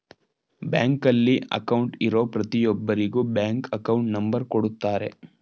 ಬ್ಯಾಂಕಲ್ಲಿ ಅಕೌಂಟ್ಗೆ ಇರೋ ಪ್ರತಿಯೊಬ್ಬರಿಗೂ ಬ್ಯಾಂಕ್ ಅಕೌಂಟ್ ನಂಬರ್ ಕೊಡುತ್ತಾರೆ